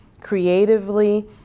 creatively